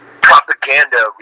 propaganda